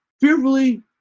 fearfully